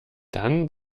dann